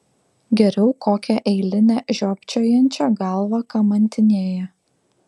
geriau kokią eilinę žiopčiojančią galvą kamantinėja